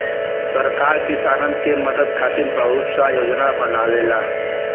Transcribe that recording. सरकार किसानन के मदद खातिर बहुत सा योजना बनावेला